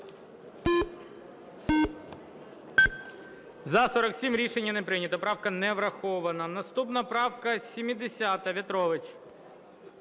За-47 Рішення не прийнято. Правка не врахована. Наступна правка 70, В'ятрович.